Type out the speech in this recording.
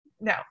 No